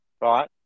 Right